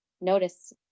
notice